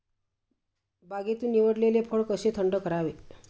बागेतून निवडलेले फळ कसे थंड करावे?